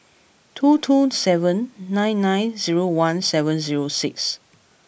two two seven nine nine zero one seven zero six